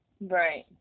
Right